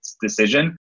decision